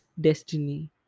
destiny